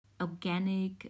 organic